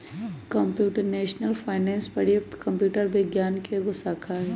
computational finance प्रयुक्त computer विज्ञान के एगो शाखा हइ